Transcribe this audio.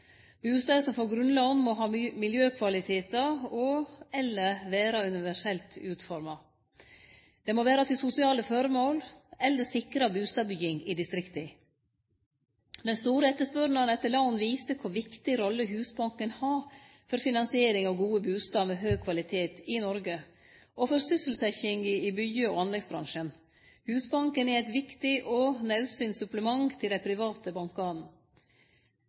som får grunnlån, må ha miljøkvalitetar og/eller vere universelt utforma, vere til sosiale føremål eller sikre bustadbygging i distrikta. Den store etterspurnaden etter lån viser kva for viktig rolle Husbanken har for finansieringa av gode bustader med høg kvalitet i Noreg og for sysselsetjinga i byggje- og anleggsbransjen. Husbanken er eit viktig og naudsynt supplement til dei private bankane.